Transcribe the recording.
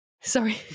sorry